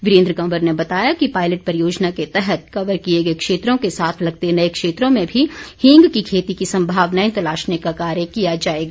वीरेन्द्र कंवर ने बताया कि पायलट परियोजना के तहत कवर किए गए क्षेत्रों के साथ लगते नए क्षेत्रों में भी हींग की खेती की संभावनाएं तलाशने का कार्य किया जाएगा